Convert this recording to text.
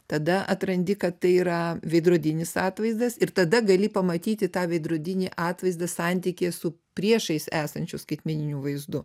tada atrandi kad tai yra veidrodinis atvaizdas ir tada gali pamatyti tą veidrodinį atvaizdą santykyje su priešais esančiu skaitmeniniu vaizdu